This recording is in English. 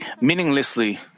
meaninglessly